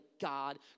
God